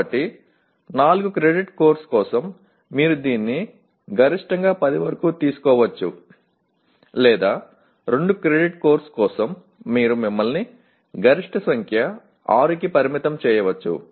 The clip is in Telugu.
కాబట్టి 4 క్రెడిట్ కోర్సు కోసం మీరు దీన్ని గరిష్టంగా 10 వరకు తీసుకోవచ్చు లేదా 2 క్రెడిట్ కోర్సు కోసం మీరు మిమ్మల్ని గరిష్ట సంఖ్య 6 కి పరిమితం చేయవచ్చు